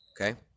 Okay